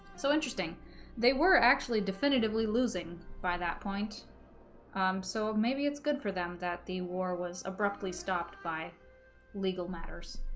so interesting they were actually definitively losing by that point so maybe it's good for them that the war was abruptly stopped by legal matters